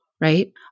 right